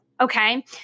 Okay